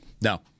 No